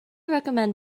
recommend